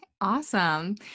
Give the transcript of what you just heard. Awesome